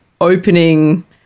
opening